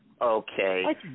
Okay